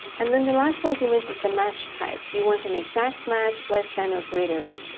and then the last argument is the match type. do you want an exact match, less than, or greater than?